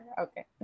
okay